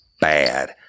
bad